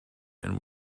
and